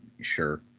sure